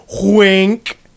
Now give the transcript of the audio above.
Wink